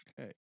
okay